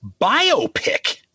biopic